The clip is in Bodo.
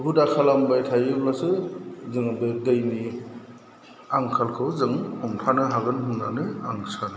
हुदा खालामबाय थायोब्लासो जोङो बे दैनि आंखालखौ जों हमथानो हागोन होन्नानै आं सानो